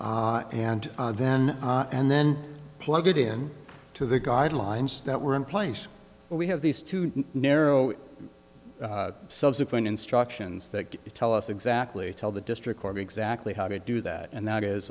and then and then plug it in to the guidelines that were in place we have these two narrow subsequent instructions that tell us exactly tell the district court exactly how to do that and that is